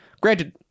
granted